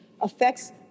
affects